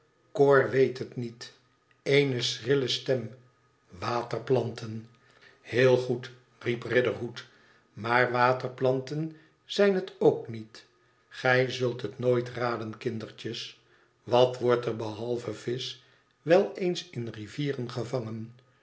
koor weet het niet ééne schrille stem waterplanten f heel goed riep riderhood maar waterplanten zijn het ook niet gij zult het nooit raden kindertjes wat wordt er behalve visch wel eens in rivieren gevangen